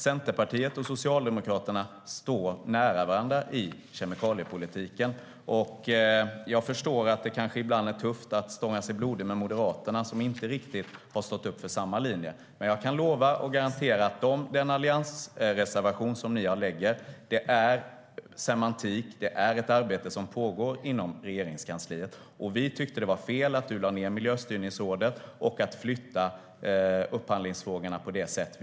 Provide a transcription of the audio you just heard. Centerpartiet och Socialdemokraterna står nära varandra i kemikaliepolitiken. Jag förstår att det kanske ibland är tufft att stånga sig blodig mot Moderaterna, som inte riktigt har stått upp för samma linje. Men jag kan lova och garantera att den alliansreservation som ni har handlar om semantik. Det här är ett arbete som pågår inom Regeringskansliet. Vi tyckte att det var fel att du lade ned Miljöstyrningsrådet, och vi tycker att det är fel att flytta upphandlingsfrågorna på det sättet.